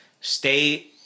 stay